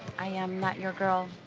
i am not your girl.